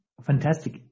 Fantastic